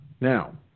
Now